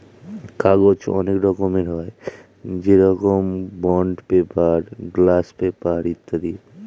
কাগজ অনেক রকমের হয়, যেরকম বন্ড পেপার, গ্লাস পেপার ইত্যাদি